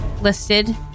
listed